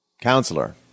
Counselor